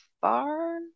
far